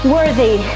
Worthy